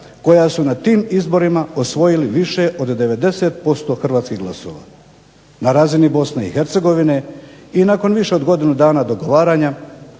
koja su na tim izborima osvojili više od 90% hrvatskih glasova na razini BiH. I nakon više od godinu dana dogovaranja